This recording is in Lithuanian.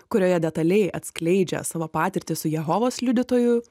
kurioje detaliai atskleidžia savo patirtį su jehovos liudytoju